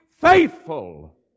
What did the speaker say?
faithful